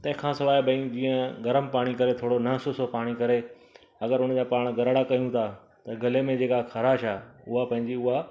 तंहिं खां सवाइ भई जीअं गर्म पाणी करे थोरो न सूसिड़ो पाणी करे अगरि हुन जा पाणि गुरिड़ा कयूं था त गले में जेका ख़ाराश आहे उहा पंहिंजी उहा